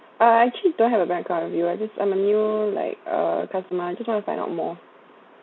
uh actually don't have a bank account with you right because I'm a new like uh customer I just want to find out more